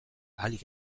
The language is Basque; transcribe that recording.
ahalik